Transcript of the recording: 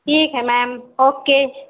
ठीक है ma'am okay